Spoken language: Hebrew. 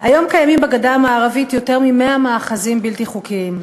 היום קיימים בגדה המערבית יותר מ-100 מאחזים בלתי חוקיים.